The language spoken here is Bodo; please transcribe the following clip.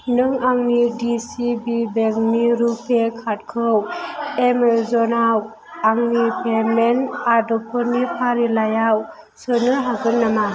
नों आंनि दिसिबि बेंकनि रुपे कार्डखौ एमेजनाव आंनि पेमेन्ट आदबफोरनि फारिलाइयाव सोनो हागोन नामा